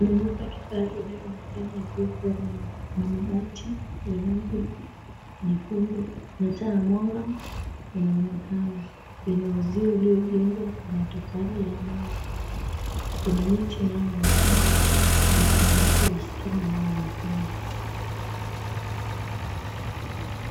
Kuna nyumba ya kifahari inayoonekana yaliyokuwa na mabati ya rangi nyekundu na taa ya mwanga inaonekana. Ina uzio iliyojengwa kwa matofali ya mawe. Kuna miti inayoonekana na kuna mti wa stima inayoonekana.